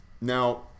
Now